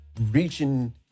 reaching